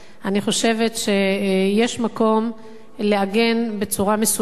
אני חושבת שיש מקום לעגן בצורה מסודרת,